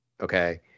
okay